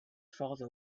farther